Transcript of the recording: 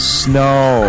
snow